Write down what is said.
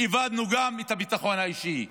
איבדנו גם את הביטחון האישי.